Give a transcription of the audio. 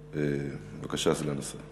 בבקשה, סגן השר.